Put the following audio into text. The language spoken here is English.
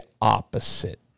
opposite